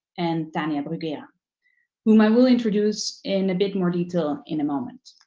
and tania bruguera whom i will introduce in a bit more detail in a moment.